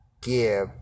give